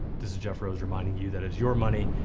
this is jeff rose reminding you that it's your money,